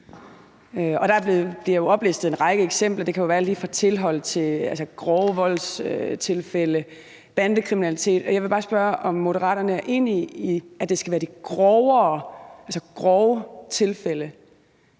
bliver jo oplistet en række eksempler. Det kan være alt lige fra tilhold til grove voldstilfælde og bandekriminalitet, og jeg vil bare spørge, om Moderaterne er enige i, at det skal være de grove tilfælde.